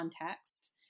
context